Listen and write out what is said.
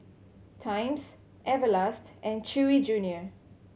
Times Everlast and Chewy Junior